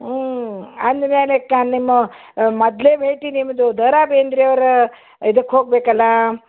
ಊಂ ಅಂದ ಮೇಲ್ ಲೆಕ್ಕ ನಿಮ್ಮ ಮೊದ್ಲ್ನೇ ಭೇಟಿ ನಿಮ್ಮದು ದ ರಾ ಬೇಂದ್ರೆಯವರ ಇದಕ್ಕೆ ಹೋಗಬೇಕಲ